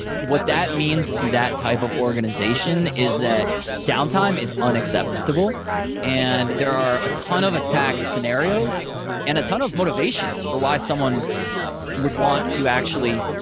what that means to that type of organization is that downtime is unacceptable and there are a ton of attack scenarios and a ton of motivations for why someone would want to actually